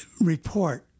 report